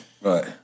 right